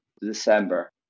December